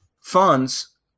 funds